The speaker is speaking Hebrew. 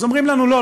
אז אומרים לנו: לא,